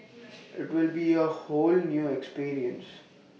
IT will be A whole new experience